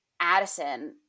Addison